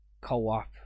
co-op